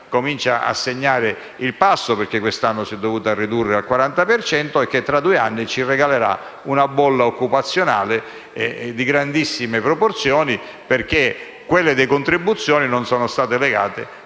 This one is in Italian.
inizia a segnare il passo, perché quest'anno si è dovuta ridurre al 40 per cento, e che tra due anni ci regalerà una bolla occupazionale di grandissime proporzioni. Infatti, quelle decontribuzioni non sono state legate